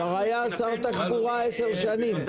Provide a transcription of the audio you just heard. כבר היה שר תחבורה עשר שנים,